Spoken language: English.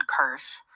curse